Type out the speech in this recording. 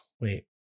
Wait